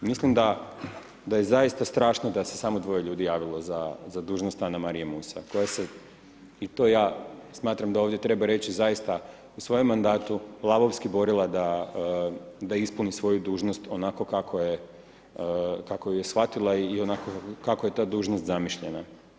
Mislim da je zaista strašno da se samo dvije ljudi javilo za dužnost Anamarije Musa koja se, i to ja smatram da ovdje treba reći, zaista u svojem mandatu lavovski borila da ispuni svoju dužnost onako kako ju je shvatila i onako kako je ta dužnost zamišljena.